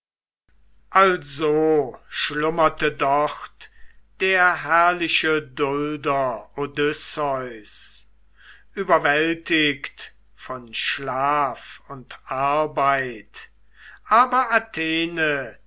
also schlummerte dort der herrliche dulder odysseus überwältigt von schlaf und arbeit aber athene